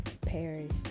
perished